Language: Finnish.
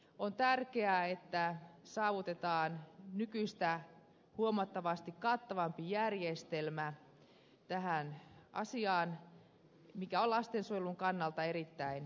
on tärkeää että saavutetaan nykyistä huomattavasti kattavampi järjestelmä tähän asiaan mikä on lastensuojelun kannalta erittäin tärkeää